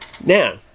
Now